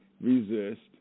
resist